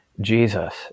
Jesus